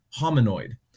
hominoid